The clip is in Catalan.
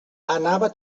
anava